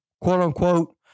quote-unquote